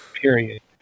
Period